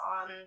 on